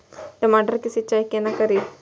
टमाटर की सीचाई केना करी?